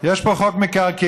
יש פה חוק מקרקעין.